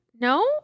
No